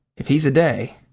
if he's a day.